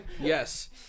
Yes